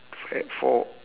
f~ four